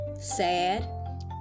sad